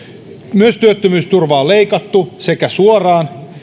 myös työttömyysturvaa on leikattu sekä suoraan